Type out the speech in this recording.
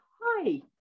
Hi